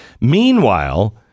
Meanwhile